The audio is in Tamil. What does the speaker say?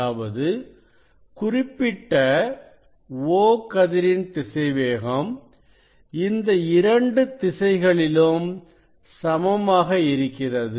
அதாவது குறிப்பிட்ட O கதிரின் திசைவேகம் இந்த இரண்டு திசைகளிலும் சமமாக இருக்கிறது